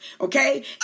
okay